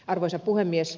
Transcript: arvoisa puhemies